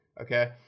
Okay